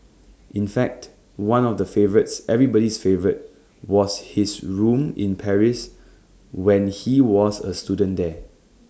in fact one of the favourites everybody's favourite was his room in Paris when he was A student there